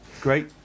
great